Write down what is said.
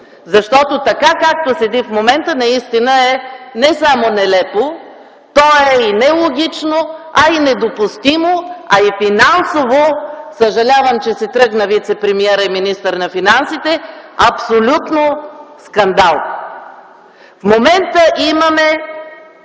защото така както е в момента наистина е не само нелепо, то е и нелогично и недопустимо, а и финансово – съжалявам, че вицепремиерът и министър на финансите си тръгна, е абсолютно скандално. В момента имаме